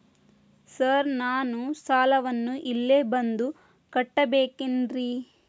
Sir ನಾನು ಸಾಲವನ್ನು ಇಲ್ಲೇ ಬಂದು ಕಟ್ಟಬೇಕೇನ್ರಿ?